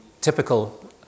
typical